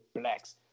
blacks